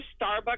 Starbucks